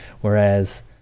Whereas